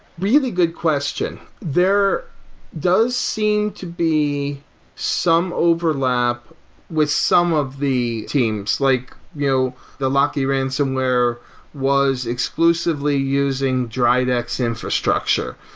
really good question. there does seem to be some overlap with some of the teams. like you know the locky ransonware was exclusively using dridex infrastructure,